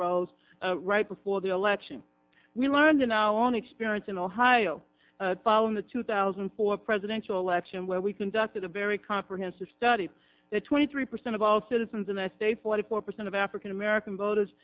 rolls right before the election we learned in our own experience in ohio following the two thousand and four presidential election where we conducted a very comprehensive study that twenty three percent of all citizens and i say forty four percent of african american voters